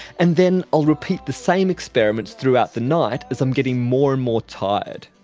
and then i'll repeat the same experiments throughout the night as i'm getting more and more tired.